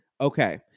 Okay